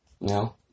No